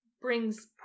brings